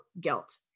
guilt